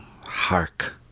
hark